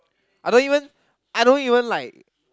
I don't even I don't even like